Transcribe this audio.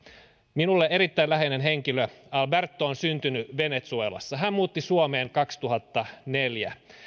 minulle erittäin läheinen henkilö alberto on syntynyt venezuelassa hän muutti suomeen kaksituhattaneljä